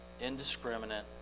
indiscriminate